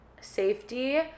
safety